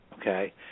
okay